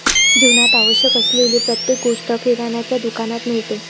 जीवनात आवश्यक असलेली प्रत्येक गोष्ट किराण्याच्या दुकानात मिळते